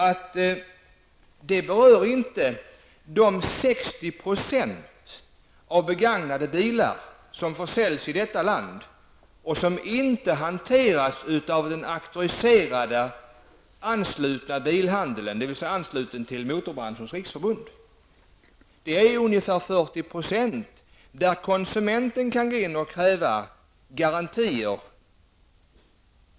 Det berör nämligen inte 60 % av de begagnade bilarna som säljs i detta land och som inte hanteras av den auktoriserade bilhandeln som är ansluten till Motorbranschens Riksförbund. I ungefär 40 % av fallen kan konsumenten kräva garantier.